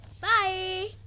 Bye